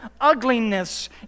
ugliness